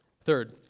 Third